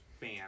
fan